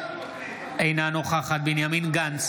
אינה נוכחת בנימין גנץ,